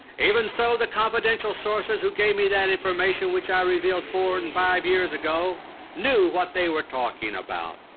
even so, the confidential sources who gave me that information which i revealed four and five years ago knew what they were talking about.